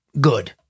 good